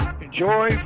Enjoy